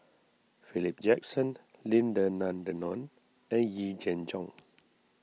Philip Jackson Lim Denan Denon and Yee Jenn Jong